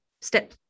step